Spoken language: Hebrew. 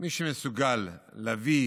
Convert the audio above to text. מי שמסוגל להביא